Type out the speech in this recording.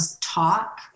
talk